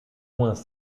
moins